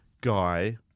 Guy